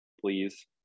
please